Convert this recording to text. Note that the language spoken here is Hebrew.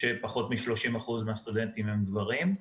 בכך שפחות מ-30% מהסטודנטים הם גברים.